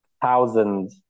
thousand